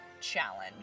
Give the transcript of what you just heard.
challenge